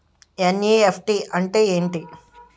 NEFT అంటే ఎంటి?